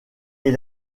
est